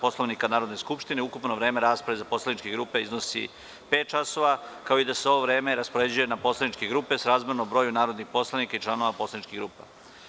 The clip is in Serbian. Poslovnika Narodne skupštine ukupno vreme rasprave za poslaničke grupe iznosi pet časova, kao i da se ovo vreme raspoređuje na poslaničke grupe srazmerno broju narodnih poslanika članova poslaničkih grupa.